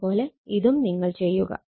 അതേ പോലെ ഇതും നിങ്ങൾ ചെയ്യുക